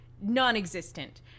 non-existent